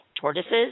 tortoises